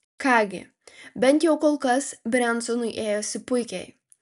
ką gi bent jau kol kas brensonui ėjosi puikiai